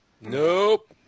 Nope